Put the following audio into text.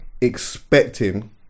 expecting